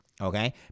okay